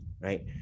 right